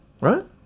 Right